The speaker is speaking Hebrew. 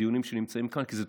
בדיונים שיש כאן,